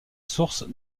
source